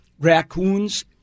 Raccoons